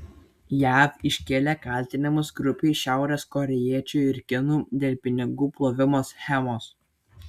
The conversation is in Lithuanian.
jav iškėlė kaltinimus grupei šiaurės korėjiečių ir kinų dėl pinigų plovimo schemos